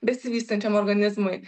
besivystančiam organizmui